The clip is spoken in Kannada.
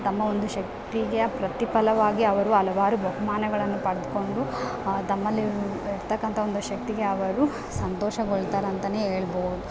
ತಮ್ಮ ಒಂದು ಶಕ್ತಿಗೆ ಪ್ರತಿಫಲವಾಗಿ ಅವರು ಹಲವಾರು ಬಹುಮಾನಗಳನು ಪಡೆದ್ಕೊಂಡು ತಮ್ಮಲ್ಲಿ ಇರತಕ್ಕಂಥ ಒಂದು ಶಕ್ತಿಗೆ ಅವರು ಸಂತೋಷಗೊಳ್ತಾರೆ ಅಂತಾನೆ ಹೇಳ್ಬೋದು